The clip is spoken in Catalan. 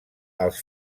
els